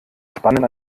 spannen